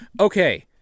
okay